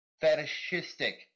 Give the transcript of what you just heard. fetishistic